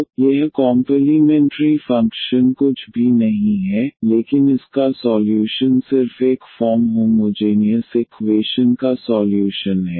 तो यह complementary function कुछ भी नहीं है लेकिन इसका सॉल्यूशन सिर्फ एक फॉर्म होमोजेनियस इक्वेशन का सॉल्यूशन है